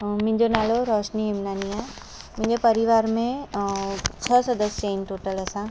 मुंहिंजो नालो रश्मि हेमनानी आहे मुंहिंजे परिवार में छह सदस्य आहिनि टोटल असां